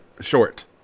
short